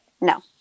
No